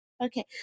Okay